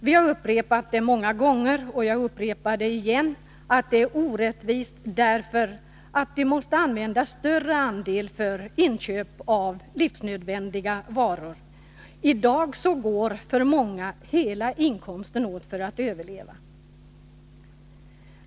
Vi har upprepat det många gånger, och jag upprepar det igen, att detta är orättvist därför att dessa människor måste använda en större andel för inköp av livsnödvändiga varor — för många går i dag hela inkomsten åt för att överleva.